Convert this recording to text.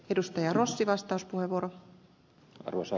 arvoisa rouva puhemies